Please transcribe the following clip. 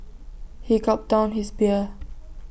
he gulped down his beer